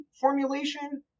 formulation